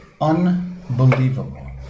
Unbelievable